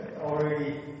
already